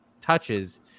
touches